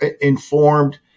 informed